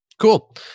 Cool